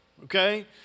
Okay